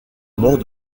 mort